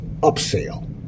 upsell